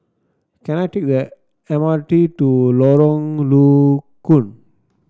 can I take the M R T to Lorong Low Koon